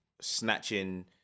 snatching